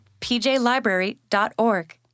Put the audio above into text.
pjlibrary.org